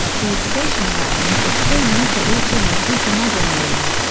these station wagons the camioneta automatica model name.